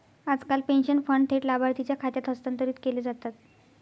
आजकाल pension fund थेट लाभार्थीच्या खात्यात हस्तांतरित केले जातात